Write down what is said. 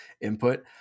input